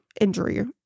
injury